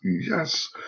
yes